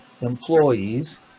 employees